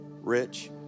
rich